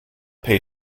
pay